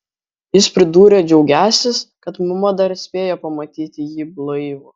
jis priduria džiaugiąsis kad mama dar spėjo pamatyti jį blaivų